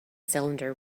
cylinder